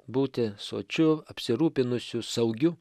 būti sočiu apsirūpinusiu saugiu